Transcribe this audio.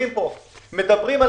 ברשויות השלטון בשנת 2021. נשיא המדינה,